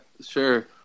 sure